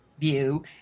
view